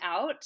out